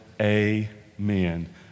Amen